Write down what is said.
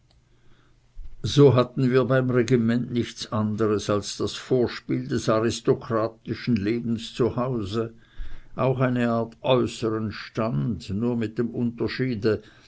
so hatten wir beim regiment nichts anders als das vorspiel des aristokratischen lebens zu hause auch eine art äußern stand nur mit dem unterschiede